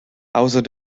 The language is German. außer